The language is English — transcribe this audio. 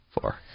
four